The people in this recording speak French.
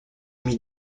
mis